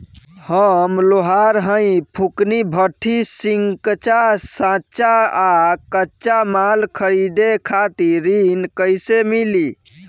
हम लोहार हईं फूंकनी भट्ठी सिंकचा सांचा आ कच्चा माल खरीदे खातिर ऋण कइसे मिली?